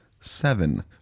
Seven